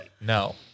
No